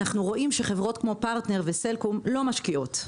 אנחנו רואים שחברות כמו פרטנר וסלקום לא משקיעות.